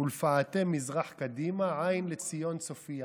ולפאתי מזרח קדימה עין לציון צופייה".